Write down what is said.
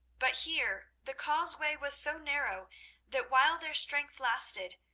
but here the causeway was so narrow that while their strength lasted,